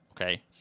Okay